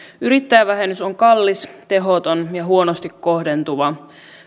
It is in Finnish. yrittäjävähennys on kallis tehoton ja huonosti kohdentuva